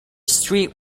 street